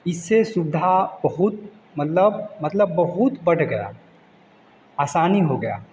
इससे सुविधा बहुत मतलब मतलब बहूत बढ़ गया आसानी हो गया